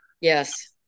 Yes